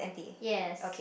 yes